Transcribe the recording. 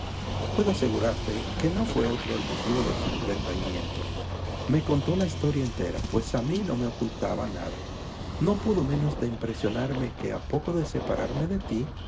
puedo asegurarte que no fué otro el motivo de su retraimiento me contó la historia entera pues a mí no me ocultaba nada no pudo menos de impresionarme que a poco de separarme de ti